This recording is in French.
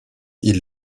ils